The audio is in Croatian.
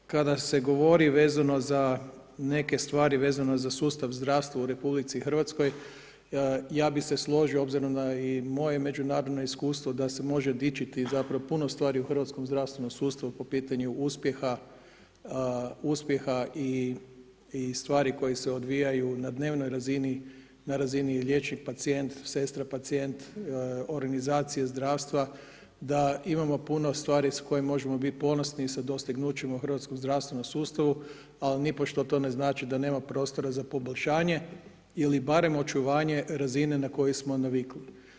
Kada se govori vezano za neke stvari vezano za sustav zdravstva u RH ja bih se složio obzirom da i moje međunarodno iskustvo da se može dičiti zapravo puno stvari u hrvatskom zdravstvenom sustavu po pitanju uspjeha, uspjeha i stvari koje se odvijaju na dnevnoj razini, na razini liječnik – pacijent, sestra – pacijent, organizacija zdravstva da imamo puno stvari s kojima možemo biti ponosni sa dostignućima u hrvatskom zdravstvenom sustavu, ali nipošto to ne znači da nema prostora za poboljšanje ili barem očuvanjem razine na koju smo navikli.